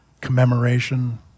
commemoration